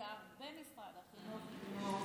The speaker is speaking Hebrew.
שר במשרד החינוך,